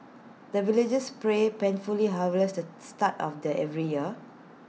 the villagers pray pen fully harvest at start of the every year